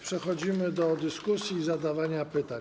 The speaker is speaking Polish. Przechodzimy do dyskusji i zadawania pytań.